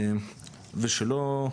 ושלא,